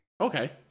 Okay